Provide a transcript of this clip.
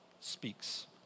speaks